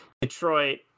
Detroit